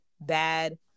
bad